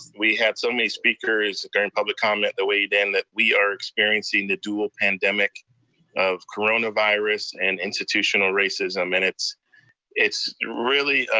we had so many speakers during public comment that weighed in that we are experiencing the dual pandemic of coronavirus and institutional racism, and it's it's really